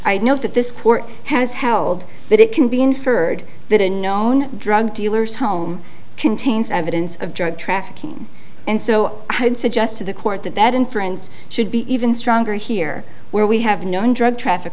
note that this court has held that it can be inferred that a known drug dealers home contains evidence of drug trafficking and so i would suggest to the court that that inference should be even stronger here where we have known drug traffic